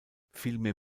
vielmehr